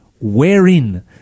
wherein